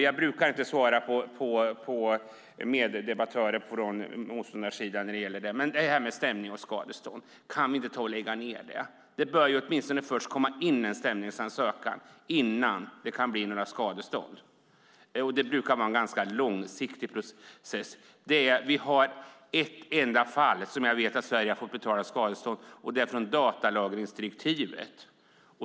Jag brukar inte svara på frågor från mina meddebattörer på motståndarsidan, men kan vi inte lägga ned detta med stämningar och skadestånd? Det bör åtminstone komma in en stämningsansökan innan det kan bli några skadestånd, och det brukar vara en ganska långsiktig process. Jag vet att det finns ett enda fall då Sverige har fått betala skadestånd, och det gäller datalagringsdirektivet.